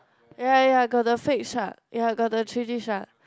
ya ya ya got the fake shark ya got the three D shark